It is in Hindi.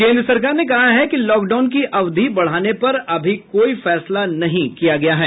केन्द्र सरकार ने कहा लॉकडाउन की अवधि बढ़ाने पर अभी कोई फैसला नहीं किया गया है